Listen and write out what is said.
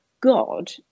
God